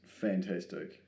fantastic